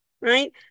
right